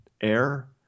air